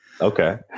Okay